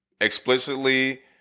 explicitly